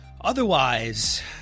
Otherwise